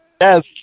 yes